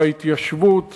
בהתיישבות